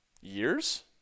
years